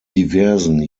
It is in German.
diversen